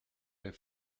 les